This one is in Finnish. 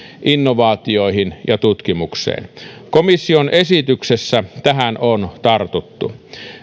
innovaatioihin ja tutkimukseen komission esityksessä tähän on tartuttu